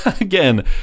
again